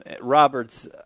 Roberts